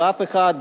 ואף אחד,